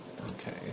okay